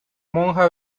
monja